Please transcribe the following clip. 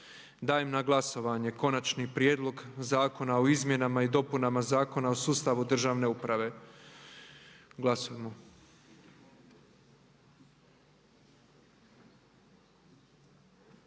Dajem na glasovanje Konačni prijedlog zakona o izmjenama i dopunama Zakona o obvezama i pravima